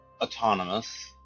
autonomous